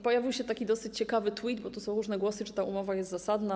Pojawił się taki dosyć ciekawy tweet, bo tu są różne głosy, czy ta umowa jest zasadna.